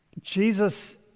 Jesus